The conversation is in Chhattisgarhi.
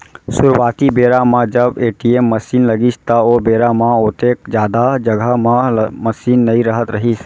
सुरूवाती बेरा म जब ए.टी.एम मसीन लगिस त ओ बेरा म ओतेक जादा जघा म मसीन नइ रहत रहिस